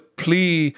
plea